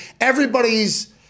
everybody's